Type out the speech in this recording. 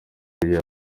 ririya